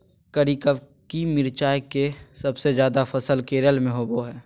करिककी मिरचाई के सबसे ज्यादा फसल केरल में होबो हइ